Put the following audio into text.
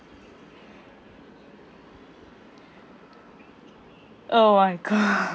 oh my god